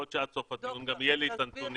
יכול להיות שעד סוף הדיון יהיו לי את הנתונים.